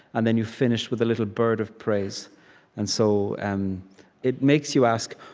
and then you finish with a little bird of praise and so and it makes you ask,